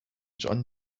john